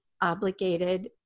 obligated